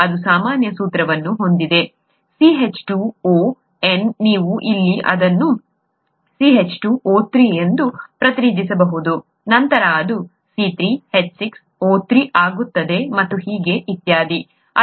ಇದು ಸಾಮಾನ್ಯ ಸೂತ್ರವನ್ನು ಹೊಂದಿದೆ n ನೀವು ಅದನ್ನು 3 ಎಂದು ಪ್ರತಿನಿಧಿಸಬಹುದು ನಂತರ ಅದು C3H6O3 ಆಗುತ್ತದೆ ಮತ್ತು ಹೀಗೆ ಇತ್ಯಾದಿ